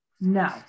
No